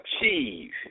achieve